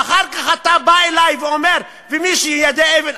ואחר כך אתה בא אלי ואומר שמי שמיידה אבן,